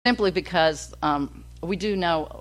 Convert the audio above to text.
סימפלי בגלל שאתם יודעים...